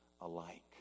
alike